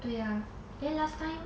对 ah then last time